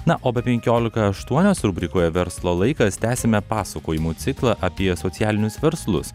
na o be penkiolika aštuonios rubrikoje verslo laikas tęsime pasakojimų ciklą apie socialinius verslus